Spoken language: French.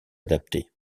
adaptées